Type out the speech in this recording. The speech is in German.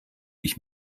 ich